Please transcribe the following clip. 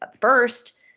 first